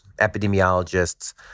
epidemiologists